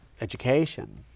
Education